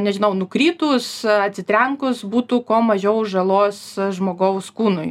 nežinau nukritus atsitrenkus būtų kuo mažiau žalos žmogaus kūnui